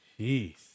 Jeez